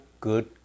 good